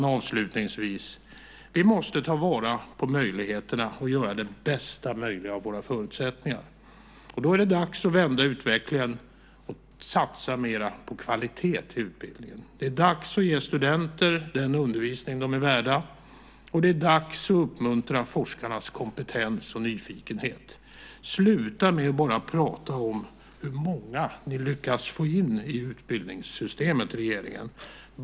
Avslutningsvis, herr talman! Vi måste ta vara på möjligheterna och göra det bästa möjliga av våra förutsättningar. Då är det dags att vända utvecklingen och satsa mer på kvalitet i utbildningen. Det är dags att ge studenter den undervisning som de är värda, och det är dags att uppmuntra forskarnas kompetens och nyfikenhet. Sluta, regeringen, med att bara prata om hur många ni lyckats få in i utbildningssystemet.